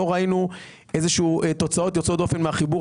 לא ראינו איזה שהן תוצאות יוצאות דופן מהחיבור